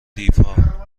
دیوها